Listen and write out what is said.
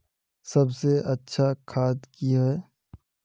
सबसे अच्छा खाद की होय?